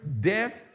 death